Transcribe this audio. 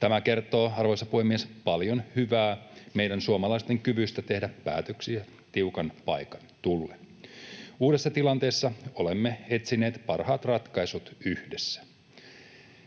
Tämä kertoo, arvoisa puhemies, paljon hyvää meidän suomalaisten kyvystä tehdä päätöksiä tiukan paikan tullen. Uudessa tilanteessa olemme etsineet parhaat ratkaisut yhdessä.